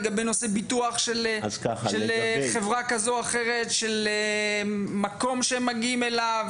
לגבי נושא ביטוח של חברה כזו או אחרת של מקום שמגיעים אליו,